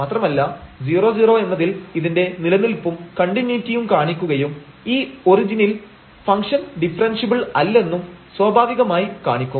മാത്രമല്ല 00 എന്നതിൽ ഇതിന്റെ നിലനിൽപ്പും കണ്ടിന്യൂയിറ്റിയും കാണിക്കുകയും ഈ ഒറിജിനിൽ ഫംഗ്ഷൻ ഡിഫറെൻഷ്യബിൾ അല്ലെന്നും സ്വാഭാവികമായി കാണിക്കും